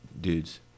dudes